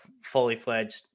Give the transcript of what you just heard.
fully-fledged